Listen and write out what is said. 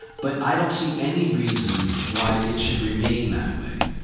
but i don't see any reason why it should remain that way.